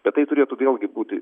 bet tai turėtų būti